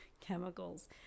chemicals